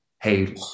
hey